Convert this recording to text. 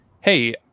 hey